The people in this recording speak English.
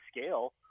scale